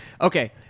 okay